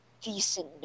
decent